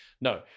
No